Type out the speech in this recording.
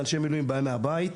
אנשי המילואים באים מהבית,